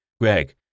Greg